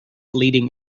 leading